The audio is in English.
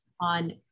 on